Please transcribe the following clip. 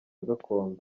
gakondo